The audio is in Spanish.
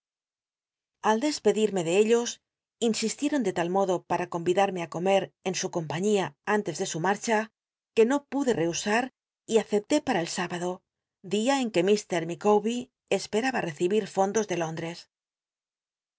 al despedirme de ellos insistieron de tal modo para comidarmc á comer en su cornpaíiia antes de su marcha que no pude rehusar y acepté pam el s ibado dia en que ifr llicm'be r esperaba j'ccibir fondos de lóndres